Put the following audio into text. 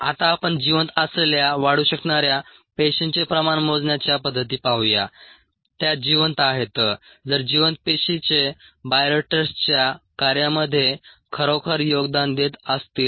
आता आपण जिवंत असलेल्या वाढू शकणाऱ्या पेशींचे प्रमाण मोजण्याच्या पद्धती पाहू या त्या जिवंत आहेत जर जिवंत पेशीचे बायोरिएक्टर्सच्या कार्यामध्ये खरोखर योगदान देत असतील